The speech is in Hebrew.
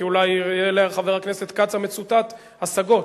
כי אולי יהיו לחבר הכנסת כץ המצוטט השגות.